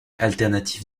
alternatif